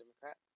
Democrat